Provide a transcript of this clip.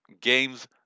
games